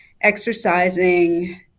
exercising